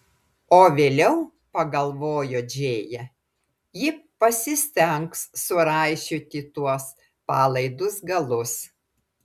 o vėliau pagalvojo džėja ji pasistengs suraišioti tuos palaidus galus